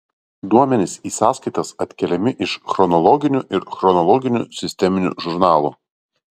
duomenys į sąskaitas atkeliami iš chronologinių ir chronologinių sisteminių žurnalų